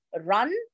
run